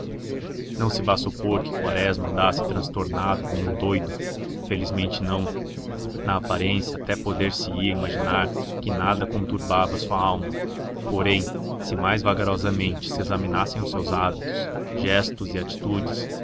não se vá supor que quaresma andasse transtornado como um doido felizmente não na aparência até poder-se-ia imaginar que nada conturbava sua alma porém se mais vagarosamente se examinassem os seus hábitos gestos e atitudes